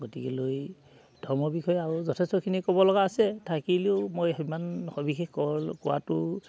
গতিকেলৈ ধৰ্মৰ বিষয়ে আৰু যথেষ্টখিনি ক'ব লগা আছে থাকিলেও মই সিমান সবিশেষ কৰো কোৱাটো